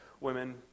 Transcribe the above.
women